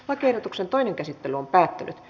lakiehdotuksen toinen käsittely päättyi